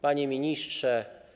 Panie Ministrze!